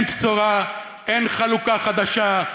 אין בשורה, אין חלוקה חדשה.